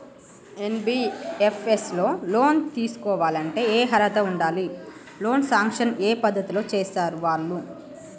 NBFS లో loan తీస్కోవాలంటే ఏం అర్హత ఉండాలి? లోన్ సాంక్షన్ ఏ పద్ధతి లో చేస్తరు వాళ్లు?